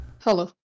Hello